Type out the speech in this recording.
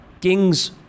kings